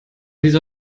dieser